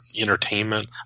entertainment